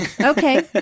okay